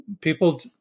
People